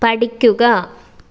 പഠിക്കുക